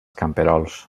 camperols